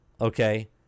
okay